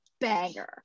banger